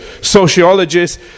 sociologists